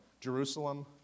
Jerusalem